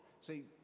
See